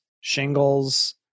shingles